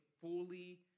fully